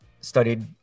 studied